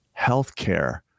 healthcare